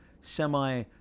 semi